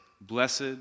Blessed